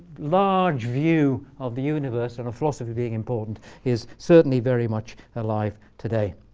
large view of the universe and a philosophy being important is certainly very much alive today.